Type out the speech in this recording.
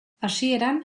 hasieran